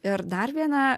ir dar viena